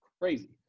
Crazy